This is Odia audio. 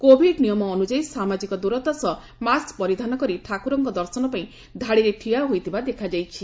କୋଭିଡ ନିୟମ ଅନୁଯାୟୀ ସାମାଜିକ ଦୂରତା ସହ ମାସ୍କ ପରିଧାନ କରି ଭକ୍ତମାନେ ଠାକୁରଙ୍କ ଦର୍ଶନ ପାଇଁ ଧାଡ଼ିରେ ଠିଆ ହୋଇଥିବା ଦେଖଯାଇଛି